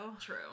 True